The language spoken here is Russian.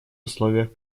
условиях